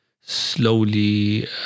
slowly